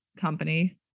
company